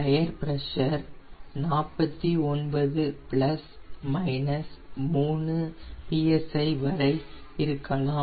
tyre pressure 49 plus minus 3 psi வரை இருக்கலாம்